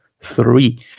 three